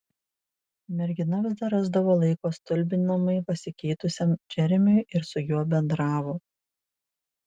mergina vis dar rasdavo laiko stulbinamai pasikeitusiam džeremiui ir su juo bendravo